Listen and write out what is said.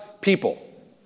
people